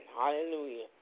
hallelujah